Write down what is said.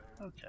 Okay